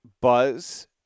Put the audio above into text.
Buzz